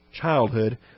childhood